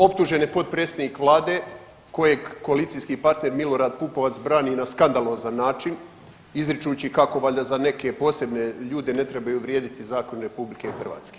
Optužen je potpredsjednik vlade kojeg koalicijski partner Milorad Pupovac brani na skandalozan način izričući kako valjda za neke posebne ljude ne trebaju vrijediti zakoni RH.